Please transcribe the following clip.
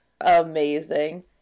Amazing